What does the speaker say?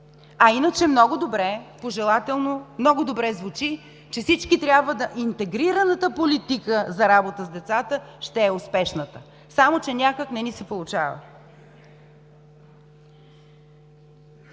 А иначе много добре, пожелателно, много добре звучи, че „интегрираната политика за работа с децата ще е успешна“. Само че някак не ни се получава.